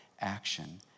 action